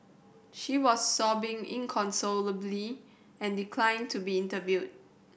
she was sobbing inconsolably and declined to be interviewed